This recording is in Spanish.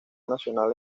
nacional